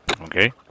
Okay